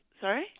Sorry